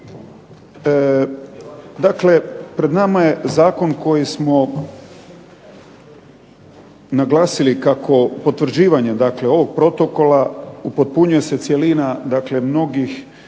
Dakle, pred nama je zakon koji smo naglasili kako potvrđivanje dakle ovog protokola upotpunjuje se cjelina dakle